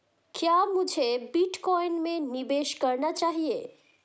क्या मुझे बिटकॉइन में निवेश करना चाहिए?